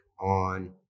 on